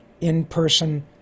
in-person